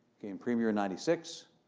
became premier in ninety six.